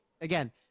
again